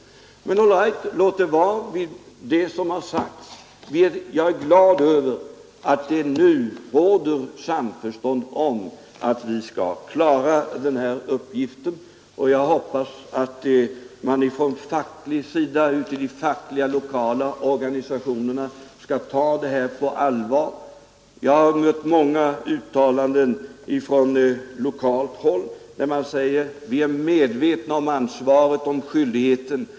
Men all right, låt det vara vid det som har sagts. Jag är glad över att det nu råder samförstånd om att vi skall klara den här uppgiften, och jag hoppas att man ute i de lokala fackliga organisationerna skall ta det här på allvar. Jag har fått höra många uttalanden från lokalt håll, där man säger: Vi är medvetna om ansvaret.